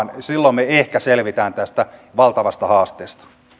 silloin me ehkä selviämme tästä valtavasta haasteesta